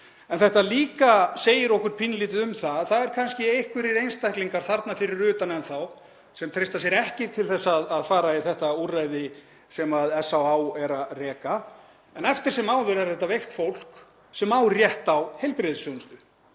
En þetta segir okkur líka pínulítið um það að það eru kannski einhverjir einstaklingar þarna fyrir utan enn þá sem treysta sér ekki til að fara í þetta úrræði sem SÁÁ er að reka en eftir sem áður er þetta veikt fólk sem á rétt á heilbrigðisþjónustu.